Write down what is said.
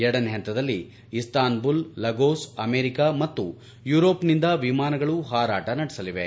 ಎರಡನೇ ಪಂತದಲ್ಲಿ Istanbul Lagos America ಮತ್ತು ಯೂರೋಪ್ನಿಂದ ವಿಮಾನಗಳು ಪಾರಾಟ ನಡೆಸಲಿವೆ